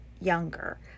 younger